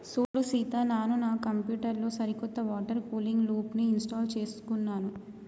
సూడు సీత నాను నా కంప్యూటర్ లో సరికొత్త వాటర్ కూలింగ్ లూప్ని ఇంస్టాల్ చేసుకున్నాను